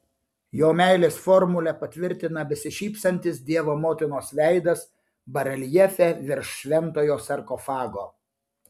jo meilės formulę patvirtina besišypsantis dievo motinos veidas bareljefe virš šventojo sarkofago